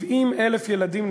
70,000 ילדים,